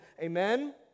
Amen